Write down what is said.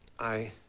i